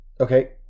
Okay